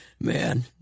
Man